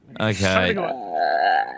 Okay